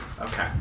Okay